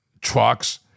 trucks